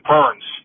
Burns